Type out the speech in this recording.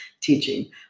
teaching